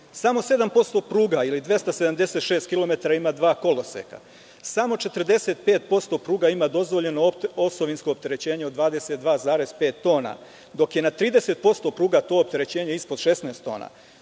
Samo 7% pruga ili 276 kilometara ima dva koloseka, samo 45% pruga ima dozvoljeno osovinsko opterećenje od 22,5 tona, dok je na 30% pruga to opterećenje ispod 16 tona.